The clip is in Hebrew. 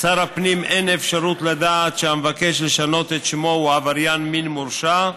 לשר הפנים אין אפשרות לדעת שהמבקש לשנות את שמו הוא עבריין מין מורשע,